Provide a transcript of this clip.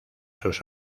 sus